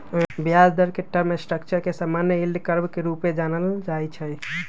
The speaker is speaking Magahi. ब्याज दर के टर्म स्ट्रक्चर के समान्य यील्ड कर्व के रूपे जानल जाइ छै